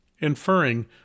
inferring